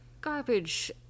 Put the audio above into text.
garbage